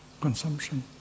consumption